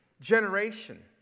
generation